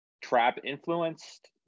trap-influenced